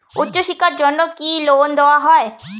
উচ্চশিক্ষার জন্য কি লোন দেওয়া হয়?